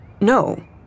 No